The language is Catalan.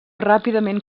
ràpidament